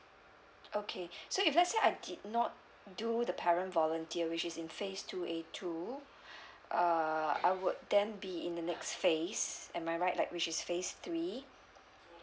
okay so if let's say I did not do the parent volunteer which is in phase two A two uh I would then be in the next phase am I right like which is phase three